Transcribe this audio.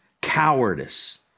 Cowardice